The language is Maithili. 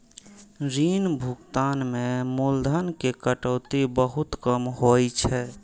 ऋण भुगतान मे मूलधन के कटौती बहुत कम होइ छै